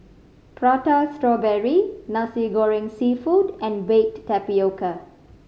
Prata Strawberry Nasi Goreng Seafood and baked tapioca